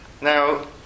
Now